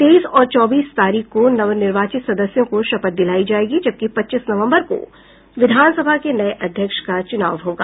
तेईस और चौबीस तारीख को नवनिर्वाचित सदस्यों को शपथ दिलायी जायेगी जबकि पच्चीस नवम्बर को विधानसभा के नये अध्यक्ष का चूनाव होगा